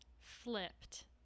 Flipped